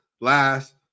last